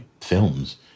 films